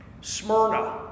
Smyrna